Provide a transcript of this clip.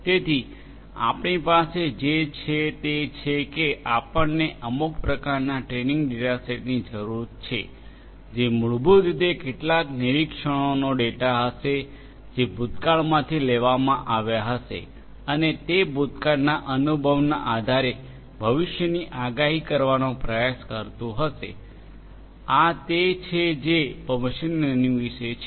તેથી આપણી પાસે જે છે તે છે કે આપણને અમુક પ્રકારના ટ્રેનિંગ ડેટાસેટ ની જરૂર છે જે મૂળભૂત રીતે કેટલાક નિરીક્ષણોનો ડેટા હશે જે ભૂતકાળમાંથી લેવામાં આવ્યા હશે અને તે ભૂતકાળના અનુભવના આધારે ભવિષ્યની આગાહી કરવાનો પ્રયાસ કરતું હશે આ તે છે જે મશીન લર્નિંગ વિશે છે